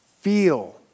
feel